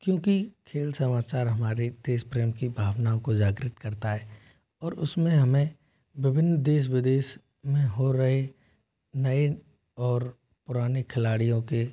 क्योंकि खेल समाचार हमारे देश प्रेम की भावना को जागृत करता है और उसमें हमें विभिन्न देश विदेश में हो रहे नए और पुराने खिलाड़ियों के